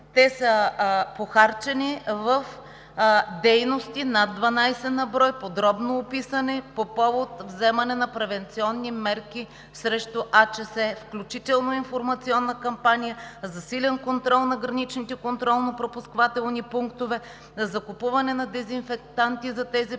са похарчени в дейности – над 12 на брой, подробно описани по повод вземане на превенционни мерки срещу африканската чума по свинете, включително информационна кампания, засилен контрол на граничните контролно-пропускателни пунктове, закупуване на дезинфектанти за тези пунктове,